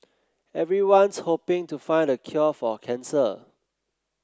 everyone's hoping to find the cure for cancer